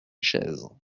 chaise